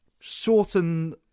shorten